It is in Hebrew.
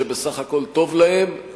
שבסך הכול טוב להם,